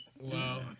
Wow